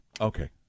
Okay